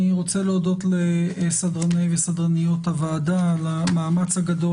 אני רוצה להודות לסדרני וסדרניות הוועדה על המאמץ הגדול,